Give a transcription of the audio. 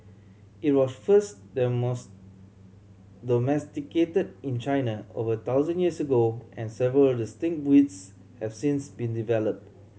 it was first domesticated in China over thousand years ago and several distinct breeds have since been developed